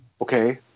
Okay